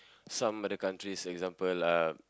some other countries example uh